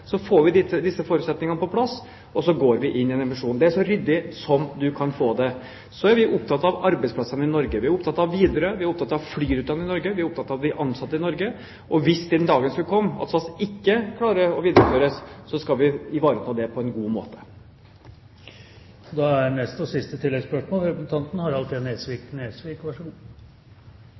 Så får vi disse forutsetningene på plass, og så går vi inn i en emisjon. Det er så ryddig som man kan få det. Vi er opptatt av arbeidsplassene i Norge. Vi er opptatt av Widerøe. Vi er opptatt av flyrutene i Norge. Vi er opptatt av de ansatte i Norge. Hvis den dagen skulle komme at SAS ikke kan videreføres, skal vi ivareta det på en god måte.